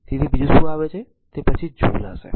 તેથી તે બીજું શું આવે છે તે પછી જૂલ હશે